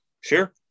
sure